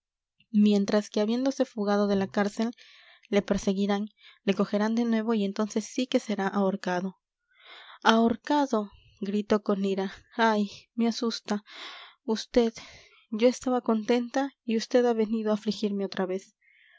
mientras que habiéndose fugado de la cárcel le perseguirán le cogerán de nuevo y entonces sí que será ahorcado ahorcado gritó con ira ay me asusta vd yo estaba contenta y vd ha venido a afligirme otra vez